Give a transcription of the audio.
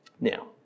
Now